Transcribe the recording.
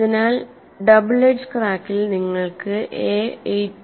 അതിനാൽ double edge ക്രാക്കിൽ നിങ്ങൾക്ക് എ 8